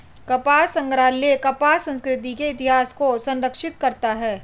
कपास संग्रहालय कपास संस्कृति के इतिहास को संरक्षित करता है